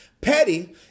Petty